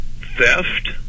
theft